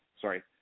sorry